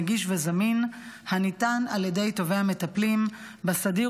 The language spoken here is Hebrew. נגיש וזמין הניתן על ידי טובי המטפלים בסדיר